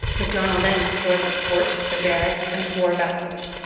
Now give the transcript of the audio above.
macdonell then destroyed the fort, the barracks, and four vessels.